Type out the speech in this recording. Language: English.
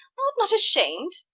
art not ashamed?